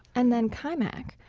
and then kaymak,